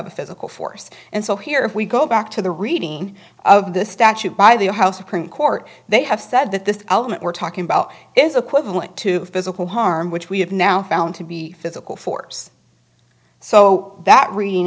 of physical force and so here we go back to the reading of the statute by the house supreme court they have said that this element we're talking about is equivalent to physical harm which we have now found to be physical force so that reading